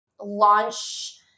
launch